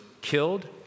killed